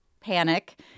panic